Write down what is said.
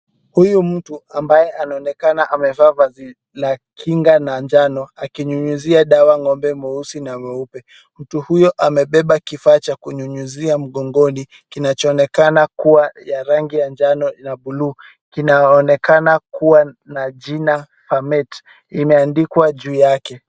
Huyu mtu ambaye anaonekana amevaa vazi la kinga na njano akinyunyizia dawa ng'ombe mweusi na mweupe. Mtu huyo amebeba kifaa cha kunyunyuzia mgongoni kinachoonekana kuwa ya rangi ya njano na buluu kinaonekana kuwa na jina parmete imeandikwa juu yake.